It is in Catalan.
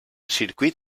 circuit